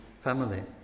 family